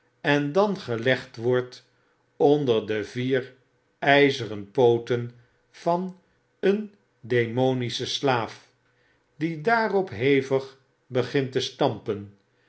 gelegd wordt onder de vier ijzeren pooten van een demonischen slaaf die daarop hevig begint te stampen